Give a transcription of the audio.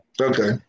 Okay